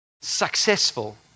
successful